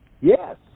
Yes